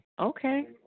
Okay